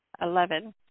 Eleven